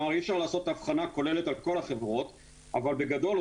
אי אפשר לעשות אבחנה כוללת על כל החברות אבל בגדול,